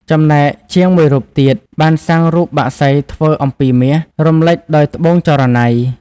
ចំណែកជាងមួយរូបទៀត បានសាងរូបបក្សីធ្វើអំពីមាស រំលេចដោយត្បូងចរណៃ។